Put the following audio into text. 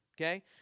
okay